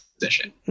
position